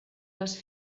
les